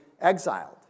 exiled